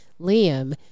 Liam